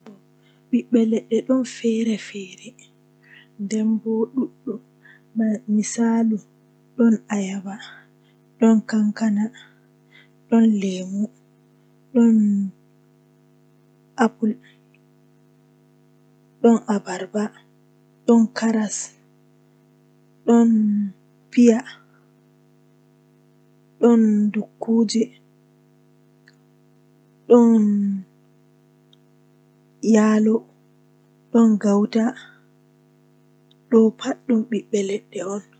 Midon mari pade kosde joye midon mari hufneere hoore sappo e didi nden midon mari darude guda didi.